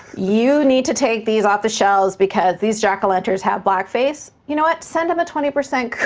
you need to take these off the shelves because these jack-o'-lanterns have blackface, you know what, send them a twenty percent